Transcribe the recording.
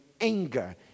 anger